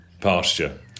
pasture